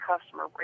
customer